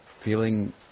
feeling